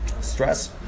Stress